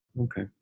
Okay